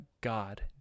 God